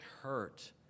hurt